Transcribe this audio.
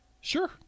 Sure